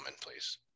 please